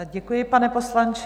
Děkuji, pane poslanče.